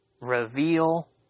reveal